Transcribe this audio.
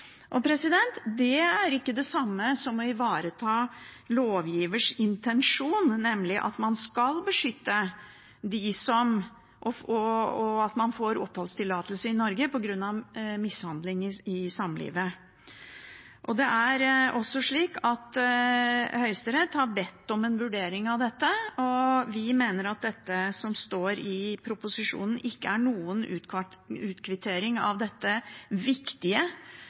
Det er ikke det samme som å ivareta lovgivers intensjon, nemlig at man får oppholdstillatelse i Norge på grunn av mishandling i samlivsforholdet. Høyesterett har bedt om en vurdering av dette. Vi mener at det som står i proposisjonen, ikke er noen utkvittering av dette viktige